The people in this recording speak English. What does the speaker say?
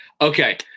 Okay